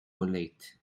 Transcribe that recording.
late